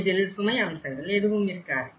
இதில் சுமை அம்சங்கள் எதுவும் இருக்காது